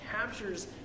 captures